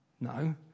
No